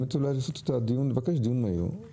באמת אולי תבקש דיון מהיר,